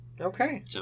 Okay